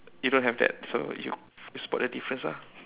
you don't have that so you you spot the difference lah